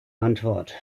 antwort